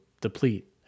deplete